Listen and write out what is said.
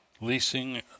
Leasing